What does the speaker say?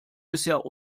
bisher